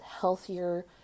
healthier